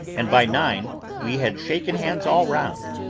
and by nine we had shaken hands all round,